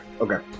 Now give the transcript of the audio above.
Okay